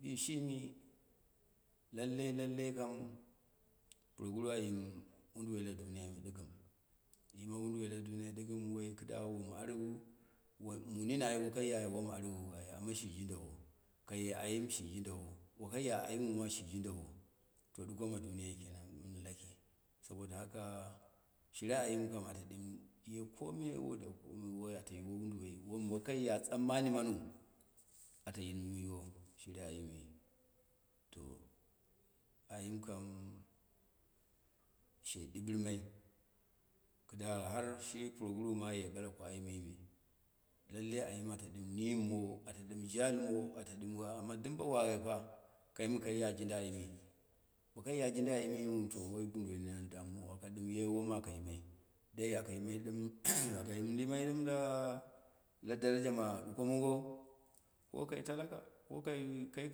Bishiom lakei lakei kam puroguru ayimu woduwa la duniyo dɨkɨm. amma laduniya ɗɨkm kɨda woma arɨwu wa munin ai wokai yaya wom arɨwu ai ama shi jundawo, kayo ayin shi jundawo, nakai ya aimu shi j jinaawo to ɗuko ma duniya ken, mo men laki saboda haka, shire ayim kam ata dɨn ko mi lome ato yiwo woduwoi, wom wakai ya sanman maniu, ata ɗim yiwo, shire ayimi, to ayim kam she ɗibirɨmai, kɨda har shi puroguru ma aye ɓala ko ayimime lakei ayim ata ɗɨm nimmowo, ata ɗɨm jalimowo, ata ɗɨmwa ama ɗɨm bo woyepa, kai mɨ kai ya jinda ayimi me, bo kaiya jnuda ayimiyu to woi bɨmbɨɨ nin an damwawou, aka ɗɨm ye woma aka yimai dai aka yimai ɗim aka yimai ɗɨm la la darejama ɗuko mongo, ko kai talaka, ko kai